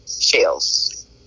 Shells